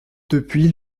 depuis